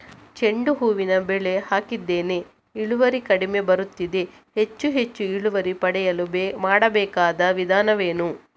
ಚೆಂಡು ಹೂವಿನ ಬೆಳೆ ಹಾಕಿದ್ದೇನೆ, ಇಳುವರಿ ಕಡಿಮೆ ಬರುತ್ತಿದೆ, ಹೆಚ್ಚು ಹೆಚ್ಚು ಇಳುವರಿ ಪಡೆಯಲು ಮಾಡಬೇಕಾದ ವಿಧಾನವೇನು?